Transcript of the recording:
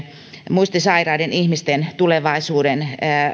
muistisairaiden ihmisten tulevaisuuden